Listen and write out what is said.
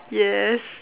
yes